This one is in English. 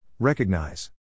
Recognize